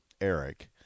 Eric